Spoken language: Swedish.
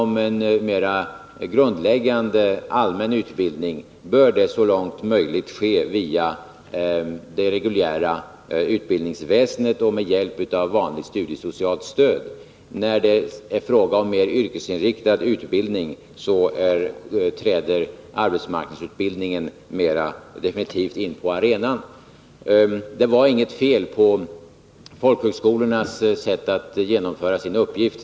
Mera grundläggande, allmän utbildning bör så långt möjligt ske via det reguljära utbildningsväsendet och med hjälp av vanligt studiesocialt stöd. När det är fråga om mer yrkesinriktad utbildning, träder arbetsmarknadsutbildningen mera definitivt in på arenan. Det var inget fel på folkhögskolornas sätt att genomföra sin uppgift.